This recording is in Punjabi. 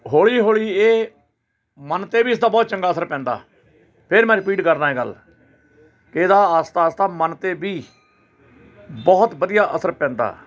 ਹੌਲੀ ਹੌਲੀ ਇਹ ਮਨ 'ਤੇ ਵੀ ਇਸਦਾ ਬਹੁਤ ਚੰਗਾ ਅਸਰ ਪੈਂਦਾ ਫਿਰ ਮੈਂ ਰਿਪੀਟ ਕਰਦਾ ਇਹ ਗੱਲ ਇਹਦਾ ਆਹਿਸਤਾ ਆਹਿਸਤਾ ਮਨ 'ਤੇ ਵੀ ਬਹੁਤ ਵਧੀਆ ਅਸਰ ਪੈਂਦਾ